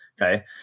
Okay